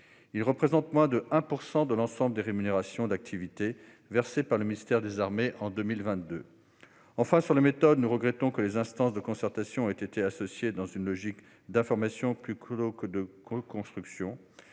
Il représente moins de 1 % de l'ensemble des rémunérations d'activité versées par le ministère des armées en 2022. Enfin, sur la méthode, nous regrettons que les instances de concertation aient été associées dans une logique d'information plutôt que de coconstruction.